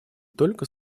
только